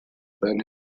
than